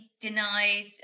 denied